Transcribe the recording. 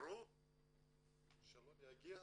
הזמנו אותם, והם בחרו שלא להגיע.